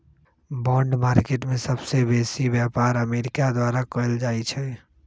bond market में सबसे बेसी व्यापार अमेरिका द्वारा कएल जाइ छइ